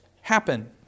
happen